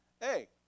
hey